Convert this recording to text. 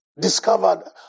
discovered